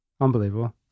Unbelievable